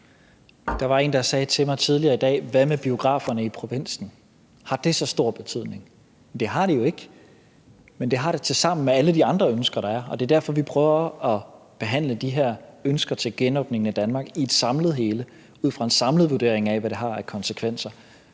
Der var en, der sagde til mig tidligere i dag: Hvad med biograferne i provinsen? Har det så stor betydning? Det har det jo ikke. Men det har det tilsammen, sammen med alle de andre ønsker, der er, og det er derfor, vi prøver at behandle de her ønsker til genåbningen af Danmark i et samlet hele, ud fra en samlet vurdering af, hvad det har af konsekvenser,